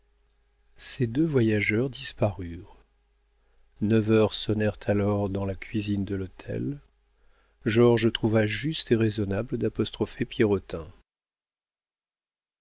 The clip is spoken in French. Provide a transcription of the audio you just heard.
ces deux voyageurs disparurent neuf heures sonnèrent alors dans la cuisine de l'hôtel georges trouva juste et raisonnable d'apostropher pierrotin